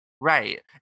Right